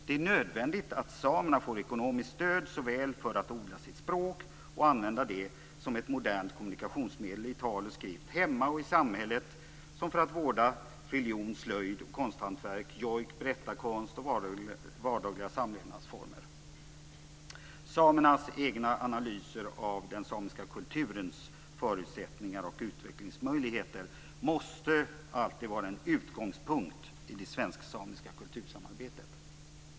Det är nödvändigt att samerna får ekonomiskt stöd såväl för att odla sitt språk och använda det som ett modernt kommunikationsmedel i tal och skrift hemma och i samhället som för att vårda religion, slöjd, konsthantverk, jojk, berättarkonst och vardagliga samlevnadsformer. Samernas egna analyser av den samiska kulturens förutsättningar och utvecklingsmöjligheter måste alltid vara en utgångspunkt i det svensksamiska kultursamarbetet.